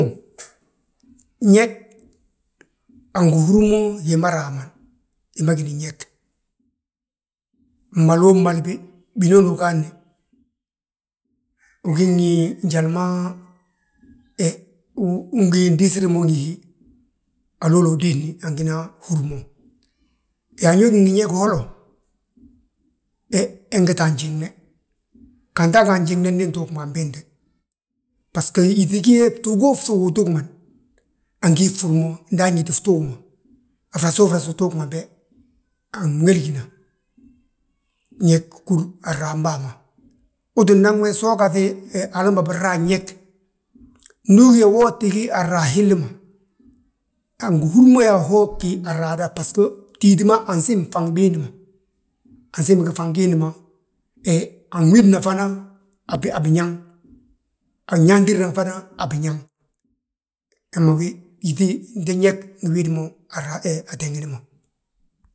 Gñég, angí húri mo hima raamani, hima gíni ñég. binooni ugaadni, ungi ngi njali ma ungin diisir mo ngi hí, haloolo ugíni angin húr mo. Yaa ñe gí ngi ñeg holo, he nge ta a fjiŋne, ganta a ga a fjiŋne ndi ntuugma anbinte. Basgo yíŧi gí ge gtuugoo ftuugi utuugman, angi fhúr mo, nda añiti ftuug ma, a frasoo frasa utuugman be, anwéligina, gñég húri anraam bàa ma. Uu ttin naŋ we so ugaŧi hala ma binraa gñég, ndu ugí yaa wo tingí anraam hilli ma, angi húri mo yaa hoo ggí anraada. Bbasgo, mtíiti ma ansiim bfaŋi biindi ma, ansiim gifaŋi giindi ma. He anwidna fanan a biñaŋ, anyaantirna fana a biñaŋ, gembe gi, gyíŧe, gñég, biñaŋ ngi widi mo ateegni ma.